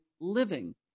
living